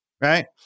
right